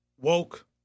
woke